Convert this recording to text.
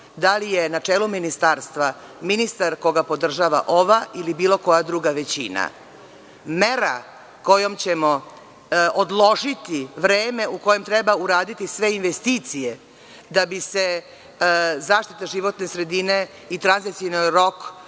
da li je na čelu ministarstva ministar koga podržava ova ili bilo koja druga većina. Mera kojom ćemo odložiti vreme u kome treba uraditi sve investicije, da bi se zaštita životne sredine i tranzicioni rok